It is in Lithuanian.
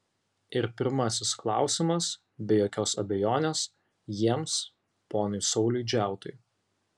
ir pirmasis klausimas be jokios abejonės jiems ponui sauliui džiautui